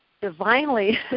divinely